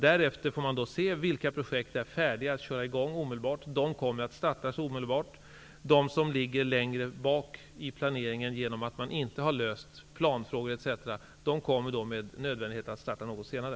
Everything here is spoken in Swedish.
Därefter får man se vilka projekt som är färdiga att köra i gång omedelbart. De kommer att startas omedelbart. De som ligger längre bak i planeringen genom att man inte har löst planfrågor etc. kommer med nödvändighet att startas något senare.